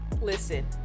listen